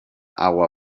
agua